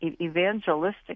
evangelistic